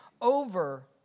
over